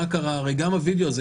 מה קרה הרי גם הווידיאו הזה,